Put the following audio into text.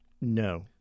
No